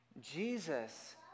Jesus